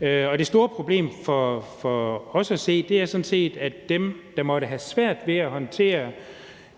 Det store problem for os at se er sådan set, at dem, der måtte have svært ved at håndtere